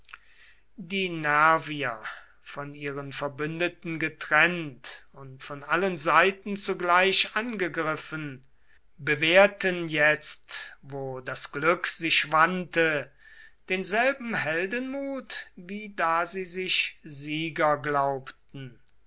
die nervier von ihren verbündeten getrennt und von allen seiten zugleich angegriffen bewährten jetzt wo das glück sich wandte denselben heldenmut wie da sie sich sieger glaubten